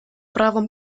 правом